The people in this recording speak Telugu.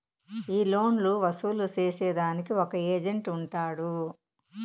ఈ లోన్లు వసూలు సేసేదానికి ఒక ఏజెంట్ ఉంటాడు